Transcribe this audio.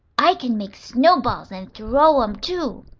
i can make snowballs, and throw em, too.